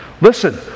Listen